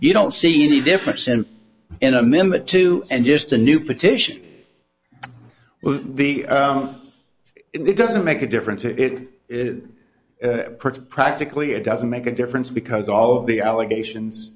you don't see any difference in a member two and just a new petition well it doesn't make a difference if practically it doesn't make a difference because all of the allegations